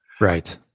Right